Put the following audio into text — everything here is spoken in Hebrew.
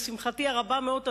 לשמחתי הרבה מאוד,